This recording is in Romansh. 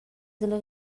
dalla